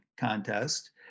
contest